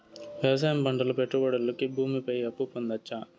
వ్యవసాయం పంటల పెట్టుబడులు కి భూమి పైన అప్పు పొందొచ్చా?